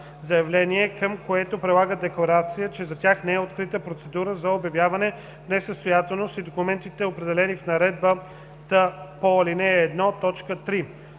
към което прилагат декларация, че за тях не е открита процедура за обявяване в несъстоятелност, и документите, определени с наредбата по ал. 1,